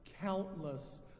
countless